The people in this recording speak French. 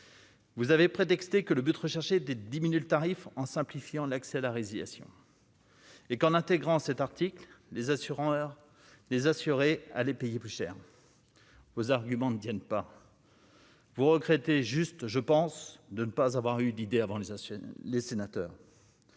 Vous avez prétexté que le but recherché de diminuer le tarif en simplifiant l'accès à la résignation. Et qu'en intégrant cet article, les assureurs, les assurés à les payer plus cher vos arguments ne tiennent pas. Vous regrettez juste je pense, de ne pas avoir eu l'idée avant les les sénateurs.